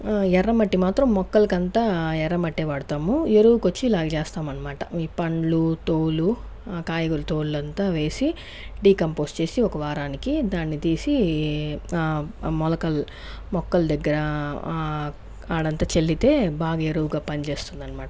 ఎర్ర మట్టి మాత్రం మొక్కలకంత ఎర్రమట్టే వాడతాము ఎరువుకి వచ్చి ఇలాగా చేస్తాం అనమాట ఈ పండ్లు తోలు కాయగూరల తోలు అంతా వేసి డీకంపోస్ చేసి ఒక వారానికి దాన్ని తీసి మొలకలు మొక్కలు దగ్గర ఆడంతా చల్లితే బాగా ఎరువుగా పనిచేస్తుంది అన్నమాట